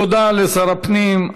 תודה לשר הפנים,